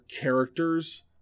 characters